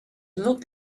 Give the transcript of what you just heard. looked